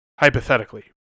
hypothetically